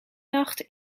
nacht